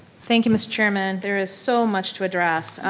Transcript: thank you mr. chairman. there is so much to address.